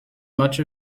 much